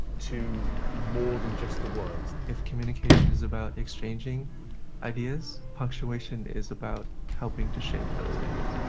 to more than just the words. if communication is about exchanging ideas, punctuation is about helping to shape those ideas.